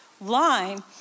line